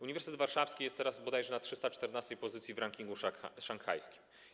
Uniwersytet Warszawski jest teraz bodajże na 314. pozycji w rankingu szanghajskim.